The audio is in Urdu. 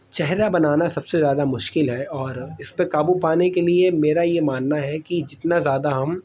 چہرہ بنانا سب سے زیادہ مشکل ہے اور اس پہ قابو پانے کے لیے میرا یہ ماننا ہے کہ جتنا زیادہ ہم